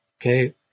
okay